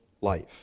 life